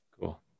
Cool